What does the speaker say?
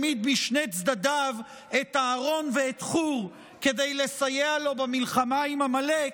העמיד משני צדדיו את אהרן ואת חור כדי לסייע לו במלחמה עם עמלק.